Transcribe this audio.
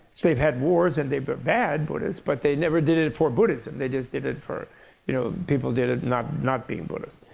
so they've had wars. and they've been bad buddhists. but they never did it it for buddhism. they just did it for you know people did it not not being buddhist,